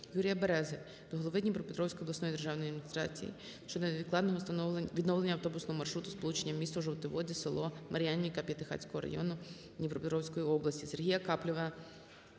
Юрія Берези до голови Дніпропетровської обласної державної адміністрації щодо невідкладного відновлення автобусного маршруту сполученням місто Жовті Води – село Мар'янівка П'ятихатського району Дніпропетровської області.